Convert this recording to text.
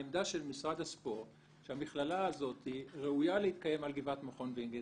העמדה של משרד הספורט שהמכללה הזאת ראויה להתקיים על גבעת מכון וינגייט,